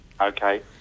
Okay